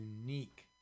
unique